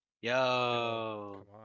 Yo